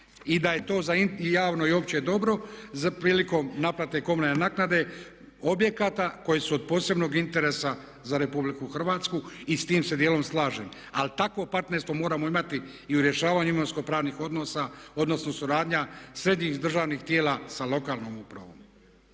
i da je to za javno i opće dobro prilikom naplate komunalne naknade, objekata koji su od posebnog interesa za RH i s tim se dijelom slažem. Ali takvo partnerstvo moramo imati i u rješavanju imovinsko pravnih odnosa odnosno suradnja središnjih državnih tijela sa lokalnom upravom.